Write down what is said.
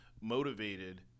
motivated –